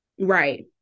Right